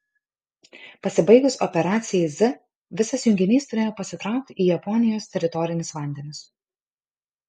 pasibaigus operacijai z visas junginys turėjo pasitraukti į japonijos teritorinius vandenis